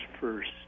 first